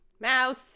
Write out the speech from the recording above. Mouse